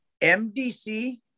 MDC